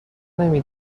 نمی